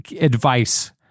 advice